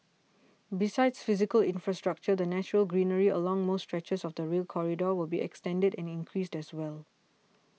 besides physical infrastructure the natural greenery along most stretches of the Rail Corridor will be extended and increased as well